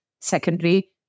secondary